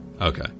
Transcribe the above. Okay